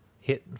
Hit